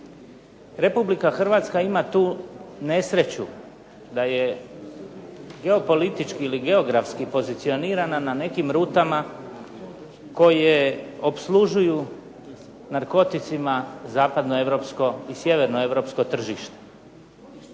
Republika Hrvatska ima tu nesreću da je geopolitički ili geografski pozicionirana na nekim rutama koje opslužuju narkoticima zapadno Europsko i sjeverno Europsko tržište.